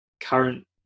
current